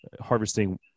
harvesting